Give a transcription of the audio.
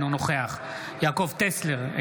אינו נוכח יעקב טסלר,